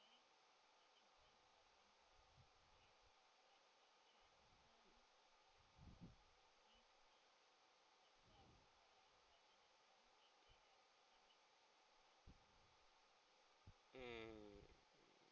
um